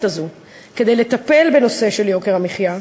הזו כדי לטפל בנושא של יוקר המחיה,